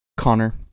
Connor